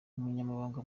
umunyamabanga